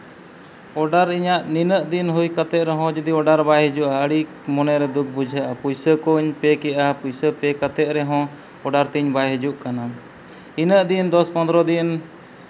order ᱤᱧᱟᱹᱜ ᱱᱤᱱᱟᱹᱜ ᱫᱤᱱ ᱦᱩᱭ ᱠᱟᱛᱮᱫ ᱨᱮᱦᱚᱸ ᱡᱩᱫᱤ ᱟᱹᱰᱤ ᱢᱚᱱᱮᱨᱮ ᱫᱩᱠᱷ ᱵᱩᱡᱷᱟᱹᱜᱼᱟ ᱯᱩᱭᱥᱟᱹ ᱠᱚᱧ ᱯᱮᱹ ᱠᱮᱜᱼᱟ ᱯᱩᱭᱥᱟᱹ ᱯᱮᱹ ᱠᱟᱛᱮᱫ ᱨᱮᱦᱚᱸ ᱚᱰᱟᱨ ᱛᱤᱧ ᱵᱟᱭ ᱦᱤᱡᱩᱜ ᱠᱟᱱᱟ ᱤᱱᱟᱹᱜ ᱫᱤᱱ ᱫᱚᱥ ᱯᱚᱱᱨᱚ ᱫᱤᱱ